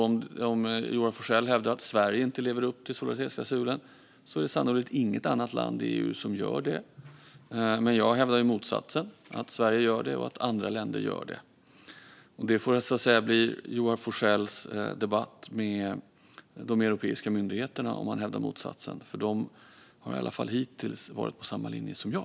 Om Joar Forssell hävdar att Sverige inte lever upp till solidaritetsklausulen är det sannolikt inget land i EU som gör det. Men jag hävdar motsatsen: att Sverige gör det och att andra länder gör det. Det får bli Joar Forssells debatt med de europeiska myndigheterna om han hävdar detta, för de har i alla fall hittills varit på samma linje som jag.